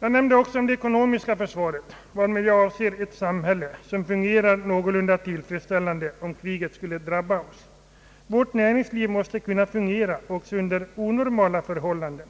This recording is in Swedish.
Jag nämnde också det ekonomiska försvaret, varmed jag avser ett samhälle som fungerar någorlunda tillfredsställande, om kriget skulle drabba oss. Vårt näringsliv måste kunna fungera även under onormala förhållanden.